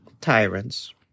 tyrants